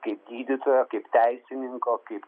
kaip gydytojo kaip teisininko kaip